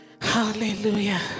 Hallelujah